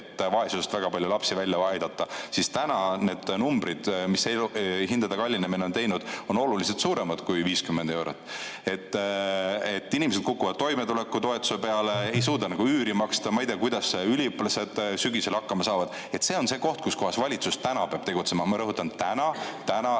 vaesusest väga palju lapsi välja aidata, siis täna on need numbrid, mis hindade kallinemine on teinud, oluliselt suuremad kui 50 eurot. Inimesed kukuvad toimetulekutoetuse peale, ei suuda üüri maksta, ma ei tea, kuidas üliõpilased sügisel hakkama saavad – see on see koht, kus valitsus täna peab tegutsema. Ma rõhutan: täna, täna